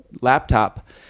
laptop